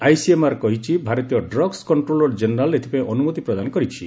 ICMR କହିଛି ଭାରତୀୟ drugs controller general ଏଥିପାଇଁ ଅନୁମତି ପ୍ରଦାନ କରିଛି